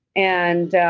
and